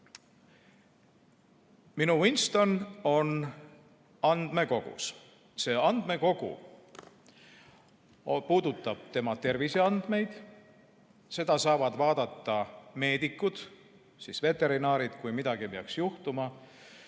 Minu Winston on andmekogus, see andmekogu puudutab tema terviseandmeid. Seda saavad vaadata meedikud, st veterinaarid, kui midagi peaks juhtuma.